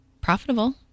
profitable